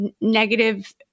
negative